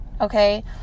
okay